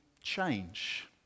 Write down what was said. change